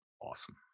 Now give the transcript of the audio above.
awesome